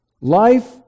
Life